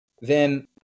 then-